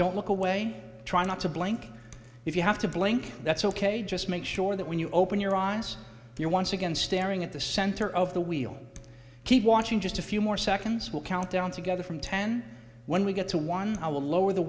don't look away trying not to blink if you have to blink that's ok just make sure that when you open your eyes you're once again staring at the center of the we'll keep watching just a few more seconds will count down together from ten when we get to one i will lower the